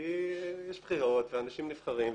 כי יש בחירות ואנשים נבחרים.